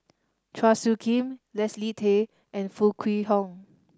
Chua Soo Khim Leslie Tay and Foo Kwee Horng